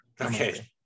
Okay